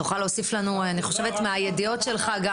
תוכל להוסיף לנו מהידע שלך.